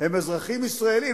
הם אזרחים ישראלים,